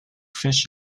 fish